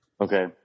Okay